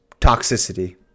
toxicity